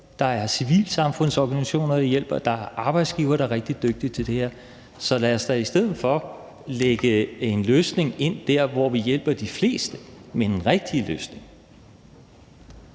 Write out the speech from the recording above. Der er civilsamfundsorganisationer, der hjælper, og der er arbejdsgivere, der er rigtig dygtige til det her. Så lad os da i stedet for lægge en løsning ind der, hvor vi hjælper de fleste med den rigtige løsning.